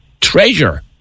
Treasure